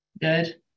good